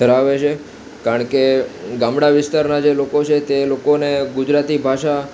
ધરાવે છે કારણ કે ગામડા વિસ્તારના જે લોકો છે તે લોકોને ગુજરાતી ભાષા